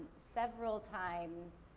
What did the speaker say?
several times,